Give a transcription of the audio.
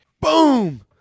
boom